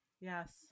Yes